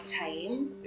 time